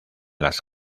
las